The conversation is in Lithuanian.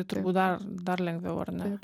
turbūt dar dar lengviau ar ne